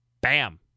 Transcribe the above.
bam